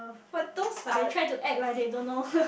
but those are